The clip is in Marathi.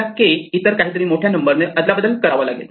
आपल्याला K इतर काहीतरी मोठ्या नंबरने आदलाबदल करावा लागेल